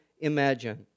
imagine